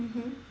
mmhmm